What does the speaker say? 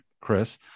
Chris